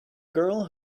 girl